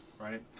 right